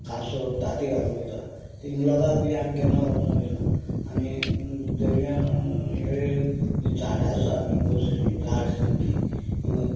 कासव तांती घालूंक येता तिंगा लोकांक किदें आमी केन्ना वचून दिना आनी दर्या वेळेर झाडां आसा मॅगोसाची धाट सामकीं तिंगा